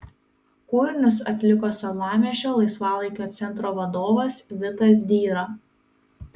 kūrinius atliko salamiesčio laisvalaikio centro vadovas vitas dyra